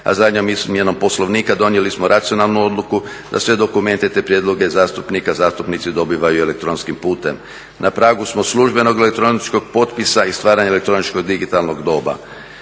a zadnjom izmjenom Poslovnika donijeli smo racionalnu odluku da sve dokumente te prijedloge zastupnika zastupnici dobivaju elektronskim putem. Na pragu smo službenog elektroničkog potpisa i stvaranja elektroničko digitalnog doba.